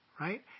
right